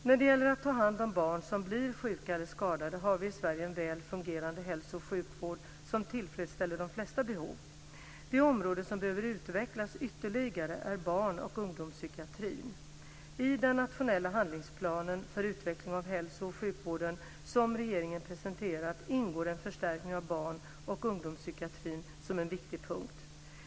När det gäller att ta hand om barn som blir sjuka eller skadade har vi i Sverige en väl fungerande hälso och sjukvård som tillfredsställer de flesta behov. Det område som behöver utvecklas ytterligare är barn och ungdomspsykiatrin. I den nationella handlingsplanen för utveckling av hälso och sjukvården som regeringen presenterat ingår en förstärkning av barn och ungdomspsykiatrin som en viktig punkt.